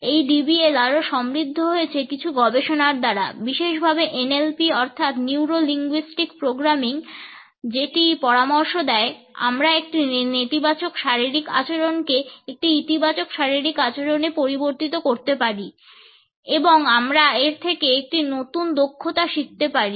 এই DBL আরো সমৃদ্ধ হয়েছে কিছু গবেষণা দ্বারা বিশেষভাবে NLP অর্থাৎ নিউরো লিঙ্গুইস্টিক প্রোগ্রামিং যেটি পরামর্শ দেয় আমরা একটি নেতিবাচক শারীরিক আচরণকে একটি ইতিবাচক শারীরিক আচরণে পরিবর্তিত করতে পারি এবং আমরা এর থেকে একটি নতুন দক্ষতা শিখতে পারি